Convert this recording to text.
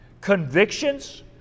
Convictions